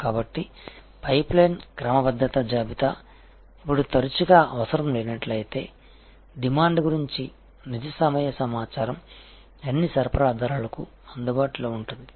కాబట్టి పైప్లైన్ క్రమబద్ధమైన జాబితా ఇప్పుడు తరచుగా అవసరం లేనట్లయితే డిమాండ్ గురించి నిజ సమయ సమాచారం అన్ని సరఫరాదారులకు అందుబాటులో ఉంటుంది